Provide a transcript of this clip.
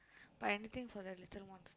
but anything for the little ones